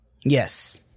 Yes